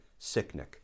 Sicknick